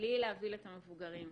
בלי להבהיל את המבוגרים.